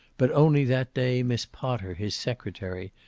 but only that day miss potter, his secretary,